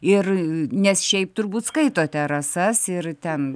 ir nes šiaip turbūt skaitote rasas ir ten